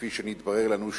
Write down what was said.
כפי שנתברר לנו,